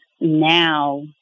now